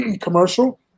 commercial